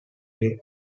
gay